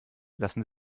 lassen